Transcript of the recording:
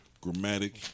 grammatic